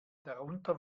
darunter